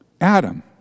Adam